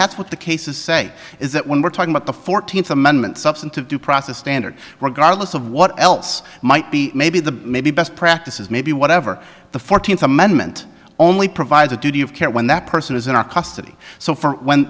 that's what the cases say is that when we're talking about the fourteenth amendment substantive due process standard regardless of what else might be maybe the maybe best practice is maybe whatever the fourteenth amendment only provides a duty of care when that person is in our custody so for when